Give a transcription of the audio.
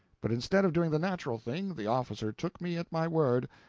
but instead of doing the natural thing, the officer took me at my word,